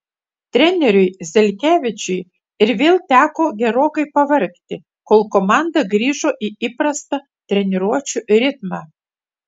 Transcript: treneriui zelkevičiui ir vėl teko gerokai pavargti kol komanda grįžo į įprastą treniruočių ritmą